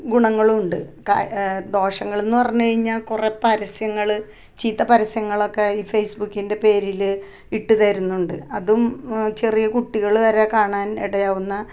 ഗുണങ്ങളുവുണ്ട് ക ദോഷങ്ങളെന്ന് പറഞ്ഞ് കഴിഞ്ഞാൽ കുറെ പരസ്യങ്ങൾ ചീത്ത പരസ്യങ്ങളൊക്കെ ഈ ഫേസ്ബുക്കിൻ്റെ പേരിൽ ഇട്ട് തരുന്നുണ്ട് അതും ചെറിയ കുട്ടികൾ വരെ കാണാൻ ഇടയാവുന്ന